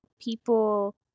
people